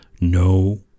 No